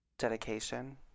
Dedication